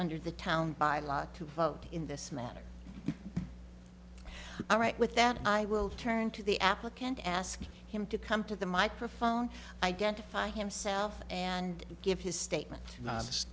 under the town by law to vote in this matter all right with that i will turn to the applicant ask him to come to the microphone i get by himself and give his statement